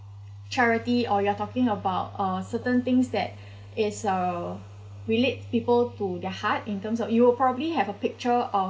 charity or you're talking about uh certain things that is uh we lead people to their heart in terms of you will probably have a picture